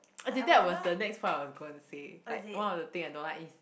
as in that was the next part I was going to say like one of the thing I don't like is